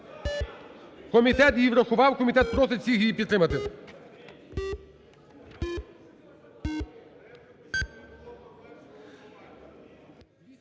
Комітет її врахував і комітет просить всіх її підтримати.